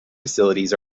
facilities